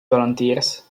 volunteers